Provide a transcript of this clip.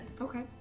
Okay